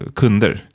kunder